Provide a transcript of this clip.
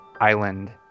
island